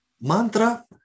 mantra